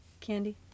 candy